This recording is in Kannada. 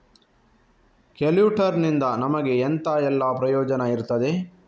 ಕೊಲ್ಯಟರ್ ನಿಂದ ನಮಗೆ ಎಂತ ಎಲ್ಲಾ ಪ್ರಯೋಜನ ಇರ್ತದೆ?